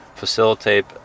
Facilitate